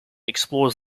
explores